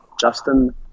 Justin